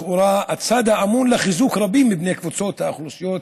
לכאורה הצד האמון על חיזוק רבים מבני קבוצות האוכלוסייה החלשות,